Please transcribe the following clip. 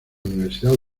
universidad